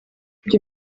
ibyo